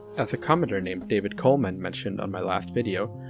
as a commentor named david coleman mentioned on my last video,